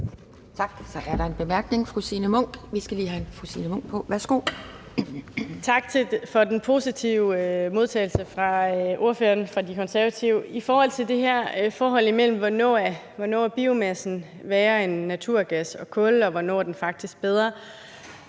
Tak. Så er der en kort bemærkning. Fru Signe Munk, værsgo. Kl. 12:05 Signe Munk (SF): Tak for den positive modtagelse fra ordføreren for De Konservative. I forhold til det her forhold med, hvornår biomasse er værre end naturgas og kul, og hvornår den faktisk er bedre,